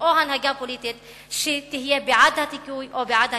או הנהגה פוליטית שתהיה בעד הדיכוי או בעד הכיבוש.